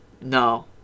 No